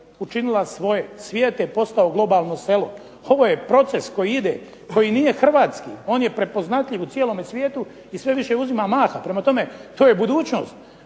učinila svoje, svijet je postao globalno selo. Ovo je proces koji ide, koji nije hrvatski, on je prepoznatljiv u cijelome svijetu i sve više uzima maha. Prema tome, to je budućnost.